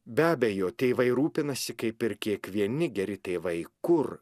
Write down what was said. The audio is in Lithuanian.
be abejo tėvai rūpinasi kaip ir kiekvieni geri tėvai kur